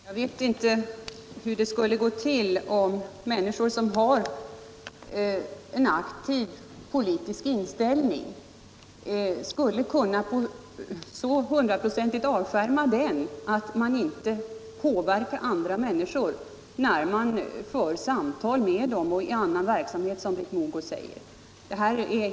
Herr talman! Jag förstår inte hur det skulle gå till om människor som har en aktiv politisk inställning skulle kunna så hundraprocentigt avskärma den att de inte påverkade andra människor vid samtal och i annan verksamhet, som Britt Mogård säger.